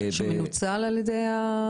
שמנוצל על ידם?